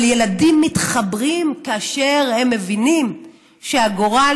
אבל ילדים מתחברים כאשר הם מבינים שהגורל